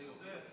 ויותר.